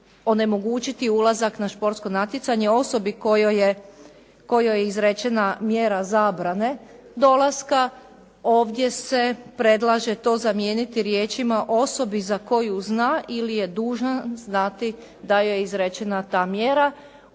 onemogućiti ulazak na športsko natjecanje osobi kojoj je izrečena mjera zabrane dolaska. Ovdje se predlaže to zamijeniti riječima: "osobi za koju zna ili je dužan znati da je izrečena ta mjera"